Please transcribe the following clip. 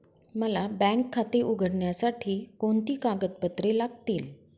मला बँक खाते उघडण्यासाठी कोणती कागदपत्रे लागतील?